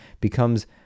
becomes